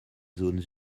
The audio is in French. zones